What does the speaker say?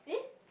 eh